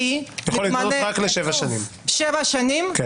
מהניסיון של מדינות העולם אפשר לראות שכששופטים מתמנים